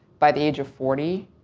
by the age of forty,